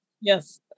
yes